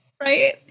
right